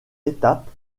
étape